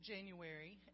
January